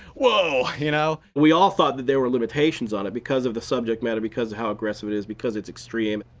woah you know? brian we all thought that there were limitations on it, because of the subject matter, because of how aggressive it is, because it's extreme.